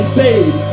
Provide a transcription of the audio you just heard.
saved